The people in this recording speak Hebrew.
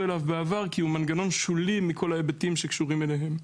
אליו בעבר כי הוא מנגנון שולי מכל ההיבטים שקשורים ביניהם.